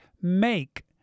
make